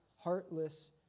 heartless